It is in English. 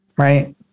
Right